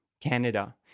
Canada